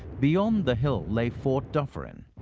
beyond the hill lay fort dufferin,